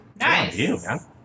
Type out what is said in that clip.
Nice